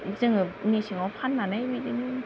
जोङो मेसेंआव फाननानै बिदिनो